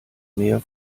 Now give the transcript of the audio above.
mehr